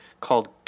called